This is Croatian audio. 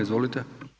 Izvolite.